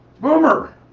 Boomer